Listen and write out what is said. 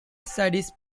studies